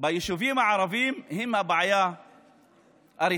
ביישובים הערביים הם הבעיה הרצינית.